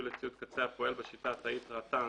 לציוד קצה הפועל בשיטה התאית (רט"ן)),